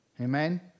Amen